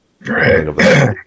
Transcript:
Great